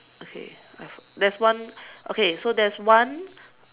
okay I there's one okay so there's one